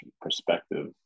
perspective